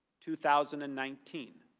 two thousand and nineteen.